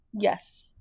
yes